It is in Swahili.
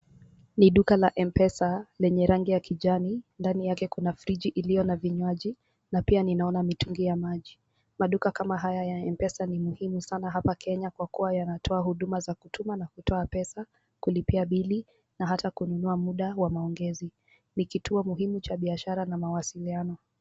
Ni duka la mpesa lenye rangi ya kijani. Ndani kuna fridgi iliyo na vinywaji na pia ninaona mitungi ya maji. Maduka kama haya ya mpesa ni muhimu sana hapa kenya kwa kuwa yanatoa huduma za kutuma na kutoa pesa, kulipia bili na hata kununua muda wa maongezi. Ni kituo muhimu cha biashara na mawasiliano.